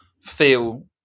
feel